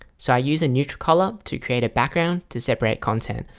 so i use a neutral color to create a background to separate content.